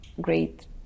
great